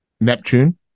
Neptune